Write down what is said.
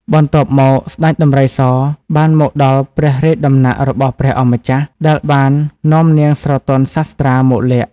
បន្ទាប់មក ស្តេចដំរីសបានមកដល់ព្រះរាជដំណាក់របស់ព្រះអង្គម្ចាស់ ដែលបាននាំនាងស្រទន់សាស្ត្រាមកលាក់ ។